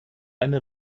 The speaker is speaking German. eine